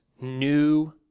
new